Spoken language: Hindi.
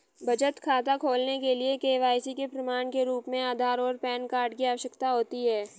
बचत खाता खोलने के लिए के.वाई.सी के प्रमाण के रूप में आधार और पैन कार्ड की आवश्यकता होती है